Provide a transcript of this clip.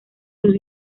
sus